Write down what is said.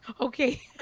okay